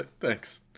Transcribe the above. thanks